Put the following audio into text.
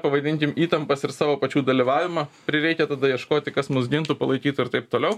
pavadinkim įtampas ir savo pačių dalyvavimą prireikia tada ieškoti kas mus gintų palaikytų ir taip toliau